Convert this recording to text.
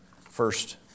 first